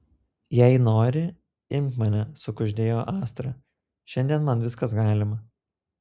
jei nori imk mane sukuždėjo astra šiandien man viskas galima